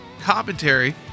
commentary